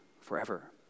forever